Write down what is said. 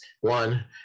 one